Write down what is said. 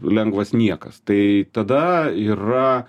lengvas niekas tai tada yra